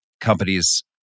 companies